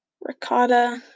ricotta